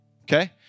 okay